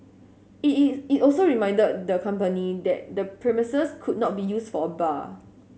it is it also reminded the company that the premises could not be used for a bar